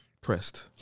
pressed